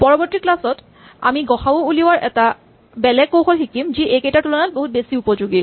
পৰৱৰ্তী ক্লাচ ত আমি গ সা উ উলিওৱাৰ এটা সম্পূৰ্ণ বেলেগ কৌশল শিকিম যি এইকেইটাৰ তুলনাত বহুত বেছি উপযোগী